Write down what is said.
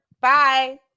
bye